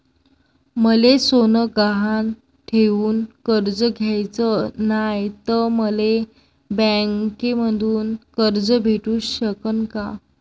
मले सोनं गहान ठेवून कर्ज घ्याचं नाय, त मले बँकेमधून कर्ज भेटू शकन का?